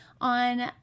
On